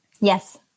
Yes